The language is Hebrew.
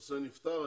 שהנושא נפתר,